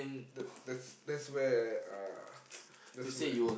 that that's that's where uh that's where